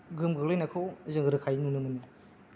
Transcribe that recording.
गोहोम गोग्लैनायखौ जों रोखायै नुनो मोनो